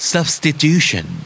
Substitution